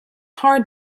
hard